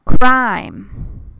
crime